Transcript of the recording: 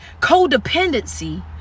codependency